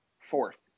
Fourth